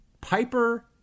Piper